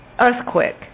earthquake